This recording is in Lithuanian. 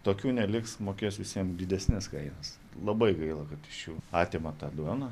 tokių neliks mokės visiem didesnes kainas labai gaila kad iš jų atima tą duoną